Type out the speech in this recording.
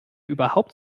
überhaupt